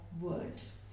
words